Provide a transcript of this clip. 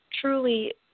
truly